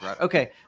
Okay